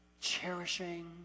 cherishing